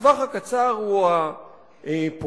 הטווח הקצר הוא הפעיל,